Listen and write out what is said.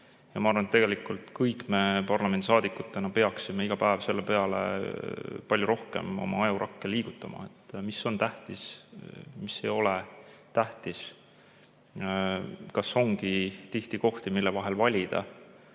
Ma arvan, et tegelikult kõik me parlamendisaadikutena peaksime iga päev sellest mõeldes palju rohkem oma ajurakke liigutama, mis on tähtis, mis ei ole tähtis. Kas ongi tihti kohti, mille vahel valida,